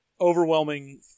overwhelming